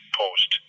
post